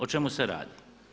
O čemu se radi?